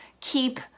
keep